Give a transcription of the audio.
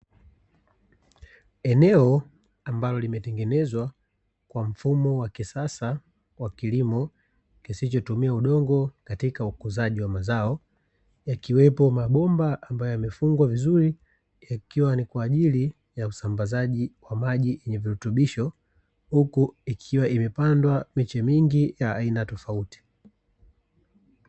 Eneo ambalo limetengenezwa kwa mfumo wa kisasa kwa kilimo kisichotumia udongo, yakiwepo mabomba ambayo yamefungwa vizuri kwa ajili ya usambazaji wa maji yenye virutubisho, huku ikiwa imepanda miche mingi ya aina tofauti.